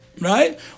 Right